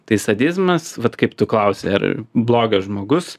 tai sadizmas vat kaip tu klausi ar blogas žmogus